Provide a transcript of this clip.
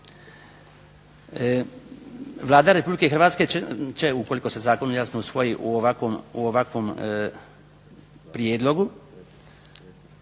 Vlada Republike Hrvatske će ukoliko se zakon jasno usvoji u ovakvom prijedlogu